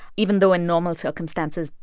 even though in normal circumstances,